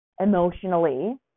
emotionally